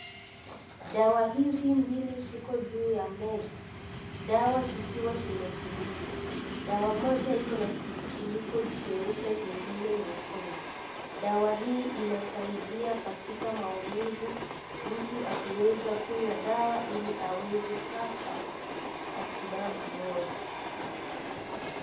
Dawa hizi mbili ziko juu ya meza. Dawa zikiwa zimefunikwa. Dawa moja iko na kifuniko jeupe, kingine nyekundu. Dawa hii inasaidia katika maumivu mtu akiweza kunywa dawa ili aweze pata matibabu bora.